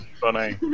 funny